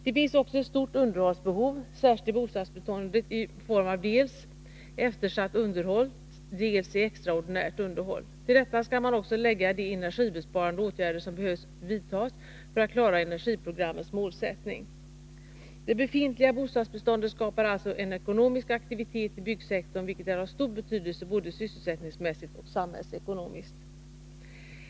Det finns också ett stort underhållsbehov, särskilt i bostadsbeståndet, i form av dels eftersatt underhåll, dels extraordinärt underhåll. Till detta skall man också lägga de energibesparande åtgärder som behöver vidtas för att klara energiprogrammets målsättning. Det befintliga bostadsbeståndet skapar alltså en ekonomisk aktivitet i byggsektorn, vilket är av stor betydelse både sysselsättningsmässigt och samhällsekonomiskt.